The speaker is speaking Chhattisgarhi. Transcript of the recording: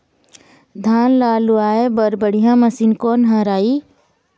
धान ला लुआय बर बढ़िया मशीन कोन हर आइ?